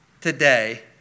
today